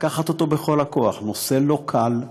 ולקחת אותו בכל הכוח, נושא לא קל,